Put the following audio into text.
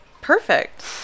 perfect